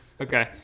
Okay